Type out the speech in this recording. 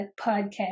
podcast